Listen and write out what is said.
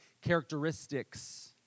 characteristics